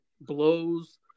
blows